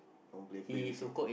don't play play with it